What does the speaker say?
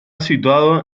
situado